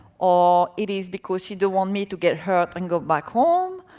or it is because she don't want me to get hurt and go back home?